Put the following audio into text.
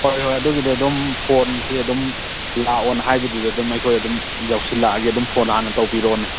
ꯍꯣꯏ ꯍꯣꯏ ꯑꯗꯨꯒꯤꯗꯤ ꯑꯗꯨꯝ ꯐꯣꯟꯁꯦ ꯑꯗꯨꯝ ꯂꯥꯛꯑꯣꯅ ꯍꯥꯏꯕꯗꯨꯗ ꯑꯗꯨꯝ ꯑꯩꯈꯣꯏ ꯑꯗꯨꯝ ꯌꯧꯁꯤꯜꯂꯛꯑꯒꯦ ꯑꯗꯨꯝ ꯐꯣꯟ ꯍꯥꯟꯅ ꯇꯧꯕꯤꯔꯛꯑꯣꯅꯦ